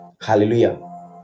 hallelujah